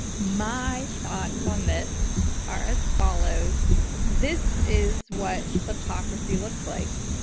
my thoughts on this are as follows this is what kleptocracy looks like.